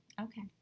Okay